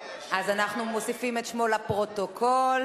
אז אנחנו מוסיפים את שמו לפרוטוקול.